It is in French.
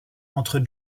entre